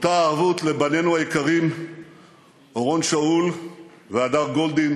אותה ערבות לבנינו היקרים אורון שאול והדר גולדין